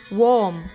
warm